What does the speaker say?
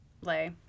lay